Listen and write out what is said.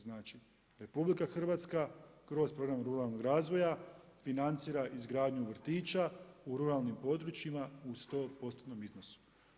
Znači RH kroz program ruralnog razvoja financira izgradnju vrtića u rulalnim područjima u 100%-tnom iznosu.